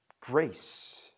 grace